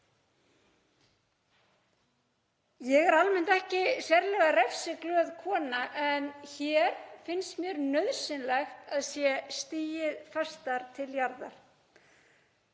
Ég er almennt ekki sérlega refsiglöð kona en hér finnst mér nauðsynlegt að stigið sé fastar til jarðar.